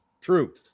True